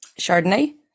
Chardonnay